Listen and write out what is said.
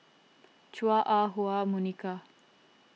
Chua Ah Huwa Monica